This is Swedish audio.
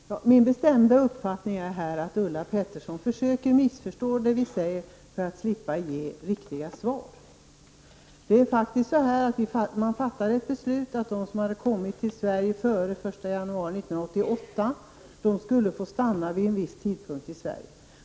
Herr talman! Min bestämda uppfattning är att Ulla Pettersson försöker missförstå det vi säger för att slippa ge riktiga svar. Man fattade beslut om att de som kommit till Sverige före 1 januari 1988 skulle få stanna i Sverige.